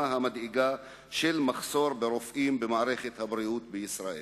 המדאיגה של מחסור ברופאים במערכת הבריאות במדינת ישראל.